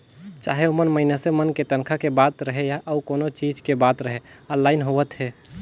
चाहे ओमन मइनसे मन के तनखा के बात रहें या अउ कोनो चीच के बात रहे आनलाईन होवत हे